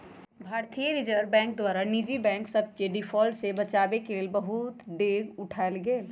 भारतीय reserve bank द्वारा निजी बैंक सभके डिफॉल्ट से बचाबेके लेल बहुते डेग उठाएल गेल